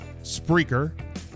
Spreaker